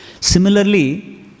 Similarly